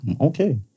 Okay